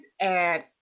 add